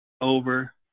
over